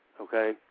okay